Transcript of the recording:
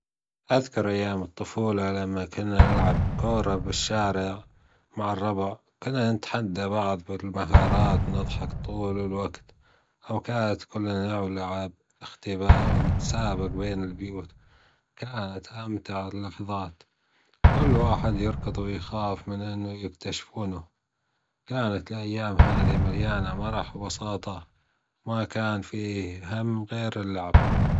أذكر أيام الطفولة لما كنا نلعب كرة بالشارع مع الربع، كنا نتحدى بعض بالمهارات ونضحك طول الوجت، أوجات كلنا نلعب إختباء ونتسابج بين البيوت، كانت أمتع اللحظات كل واحد يركض ويخاف من يكتشفونه، كانت الأيام هذي مليانة مرح وبساطة ما كان فيه هم غير اللعب.